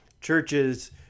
Churches